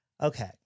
Okay